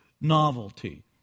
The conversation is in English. novelty